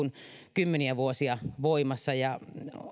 kymmeniä vuosia voimassa ja